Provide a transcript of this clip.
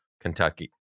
Kentucky